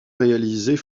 réalisés